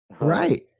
right